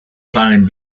palm